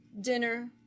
dinner